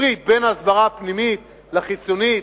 מפריד בין ההסברה הפנימית לחיצונית?